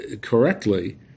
correctly